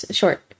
short